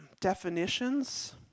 definitions